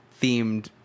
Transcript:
themed